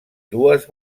dues